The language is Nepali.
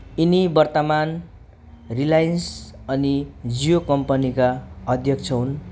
यिनी वर्तमान रिलायन्स अनि जियो कम्पनिका अध्यक्ष हुन्